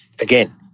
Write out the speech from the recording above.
Again